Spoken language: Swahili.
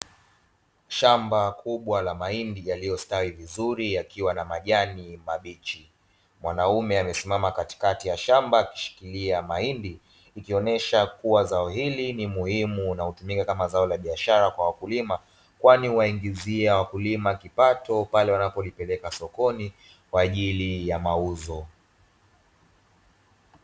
Shamba kubwa la mahindi yaliostawi vizuri yakiwa na majani mabichi, mwanaume amesimama katikati ya shamba akishikilia mahindi ikionesha kuwa zao hili ni muhimu na kutumika kama zao la biashara kwa wakulima kwani waingizia wakulima kipato pale wanapo lipeleka sokoni kwa ajili ya mauzo.